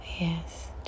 yes